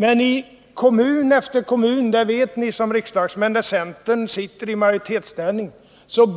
Men ni som riksdagsmän vet att det i kommun efter kommun där centern sitter i majoritetsställning